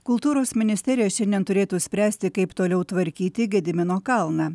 kultūros ministerija šiandien turėtų spręsti kaip toliau tvarkyti gedimino kalną